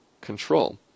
control